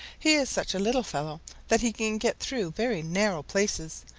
he is such a little fellow that he can get through very narrow places,